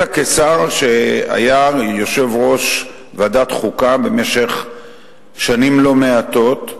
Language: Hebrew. אלא כשר שהיה יושב-ראש ועדת החוקה במשך שנים לא מעטות,